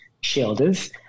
shelters